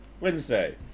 Wednesday